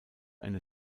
eine